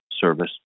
service